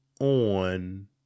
on